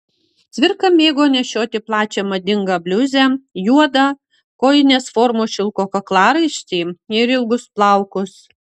cvirka mėgo nešioti plačią madingą bliuzę juodą kojinės formos šilko kaklaraištį ir ilgus plaukus